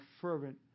fervent